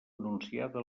anunciada